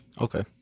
okay